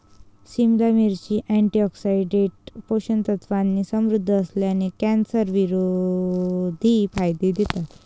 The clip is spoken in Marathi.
सिमला मिरची, अँटीऑक्सिडंट्स, पोषक तत्वांनी समृद्ध असल्याने, कॅन्सरविरोधी फायदे देतात